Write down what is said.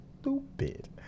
stupid